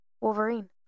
Wolverine